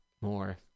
more